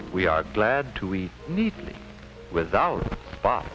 we are glad to eat meat without spot